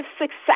success